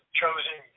chosen